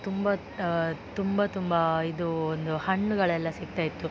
ತುಂಬ ತುಂಬ ತುಂಬ ಇದು ಒಂದು ಹಣ್ಣುಗಳೆಲ್ಲ ಸಿಗ್ತಾಯಿತ್ತು